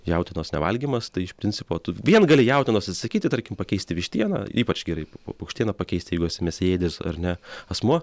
jautienos nevalgymas tai iš principo tu vien gali jautienos atsakyti tarkim pakeisti vištiena ypač gerai p paukštiena pakeisti jeigu esi mėsaėdis ar ne asmuo